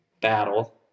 battle